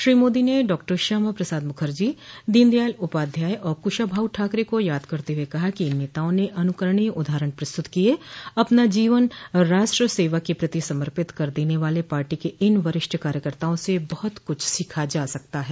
श्री मोदी ने डॉक्टर श्यामा प्रसाद मुखर्जी दीनदयाल उपाध्याय और कुशाभाऊ ठाकरे को याद करते हुए कहा कि इन नेताओं ने अनुकरणीय उदाहरण प्रस्तुत किये अपना जीवन राष्ट्र सेवा के प्रति समर्पित कर देने वाले पार्टी के इन वरिष्ठ कार्यकर्ताओं से बहुत कुछ सीखा जा सकता है